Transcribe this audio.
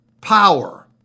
power